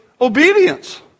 obedience